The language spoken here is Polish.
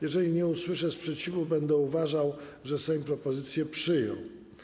Jeżeli nie usłyszę sprzeciwu, będę uważał, że Sejm propozycję przyjął.